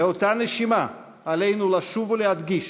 באותה נשימה עלינו לשוב ולהדגיש